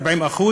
40%,